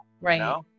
Right